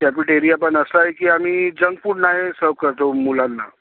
cafeteria पण असा आहे की आम्ही जंक फूड नाही सर्व करतो मुलांना